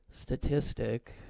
statistic